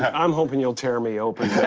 and i'm hoping you'll tear me open,